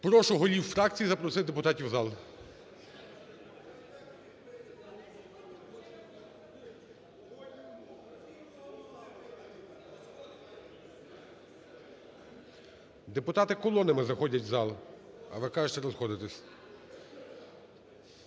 Прошу голів фракцій запросити депутатів в зал. Депутати колонами заходять в зал, а ви кажете розходитись.